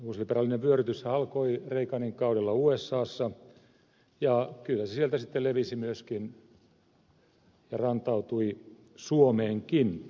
uusliberaalinen vyörytyshän alkoi reaganin kaudella usassa ja kyllä se sieltä sitten levisi myöskin ja rantautui suomeenkin